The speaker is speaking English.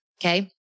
Okay